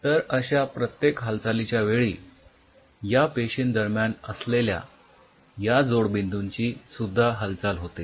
तर अश्या प्रत्येक हालचालीच्या वेळी या पेशींदरम्यान असलेल्या या जोडबिंदूंची सुद्धा हालचाल होते